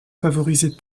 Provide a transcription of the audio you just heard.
favoriser